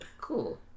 cool